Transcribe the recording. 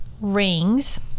rings